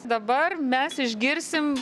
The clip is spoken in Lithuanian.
dabar mes išgirsim